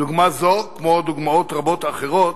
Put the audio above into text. דוגמה זו, כמו דוגמאות רבות אחרות,